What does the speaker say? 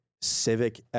Civic